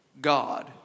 God